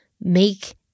make